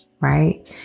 right